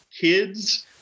Kids